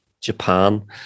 japan